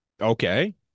okay